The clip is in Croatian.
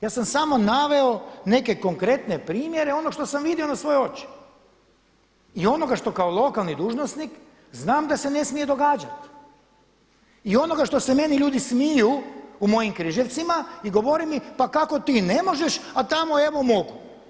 Ja sam samo naveo neke konkretne primjere onog što sam vidio na svoje oči i onog što kao lokalni dužnosnik znam da se ne smije događati i onoga što se meni ljudi smiju u mojim Križevcima i govore mi pa kako ti ne možeš, a tamo evo mogu.